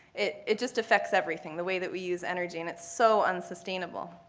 it it just affects everything, the way that we use energy, and it's so unsustainable.